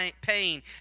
pain